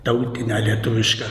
tautinę lietuvišką